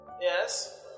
yes